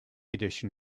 edition